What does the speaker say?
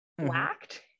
whacked